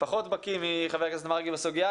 ואני פחות בקיא מח"כ מרגי בסוגיה,